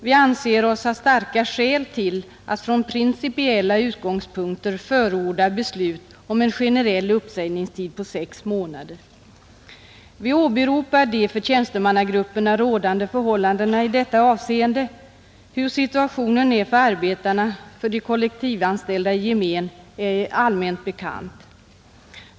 Vi anser oss ha starka skäl till att från principiella utgångspunkter förorda beslut om en generell uppsägningstid på sex månader, Vi åberopar de för tjänstemannagrupperna rådande förhållandena i detta avseende. Hur situationen är för arbetarna, för de kollektivanställda i gemen, är allmänt bekant.